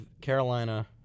Carolina